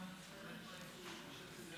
אדוני היושב-ראש, אני מחפש את השר,